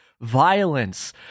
violence